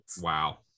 wow